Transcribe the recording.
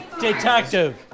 detective